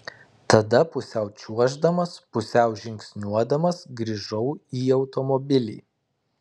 tada pusiau čiuoždamas pusiau žingsniuodamas grįžau į automobilį